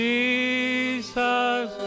Jesus